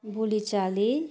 बोलीचाली